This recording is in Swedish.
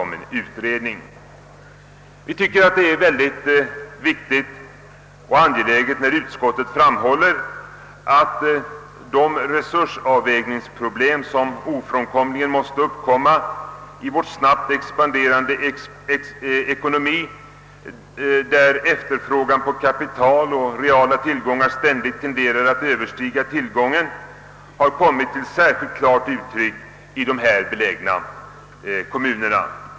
Utskottsmajoriteten gör i sitt utlåtande följande uttalande, som vi tycker är synnerligen viktigt och angeläget: »De resursavvägningsproblem som ofrånkomligen måste uppkomma i vår snabbt expanderande ekonomi, där efterfrågan på kapital och reala tillgångar ständigt tenderar att överstiga tillgången, har kommit till särskilt klart uttryck i de där belägna kommunerna.